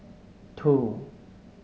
two